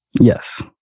Yes